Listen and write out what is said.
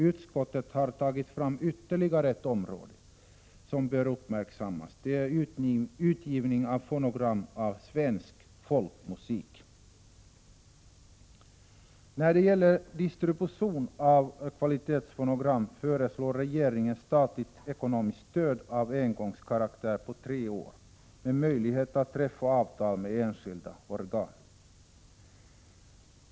Utskottet har angivit ytterligare ett område som bör uppmärksammas, nämligen utgivning på fonogram av svensk folkmusik. När det gäller distribution av kvalitetsfonogram föreslår regeringen statligt ekonomiskt stöd av engångskaraktär under tre år, och möjlighet att träffa avtal med enskilda organ.